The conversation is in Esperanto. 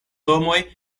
domoj